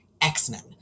X-Men